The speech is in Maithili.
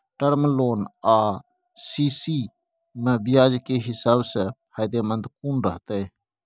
टर्म लोन आ सी.सी म ब्याज के हिसाब से फायदेमंद कोन रहते?